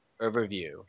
overview